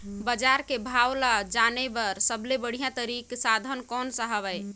बजार के भाव ला जाने बार सबले बढ़िया तारिक साधन कोन सा हवय?